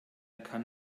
kann